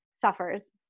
suffers